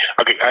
Okay